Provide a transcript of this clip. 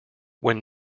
when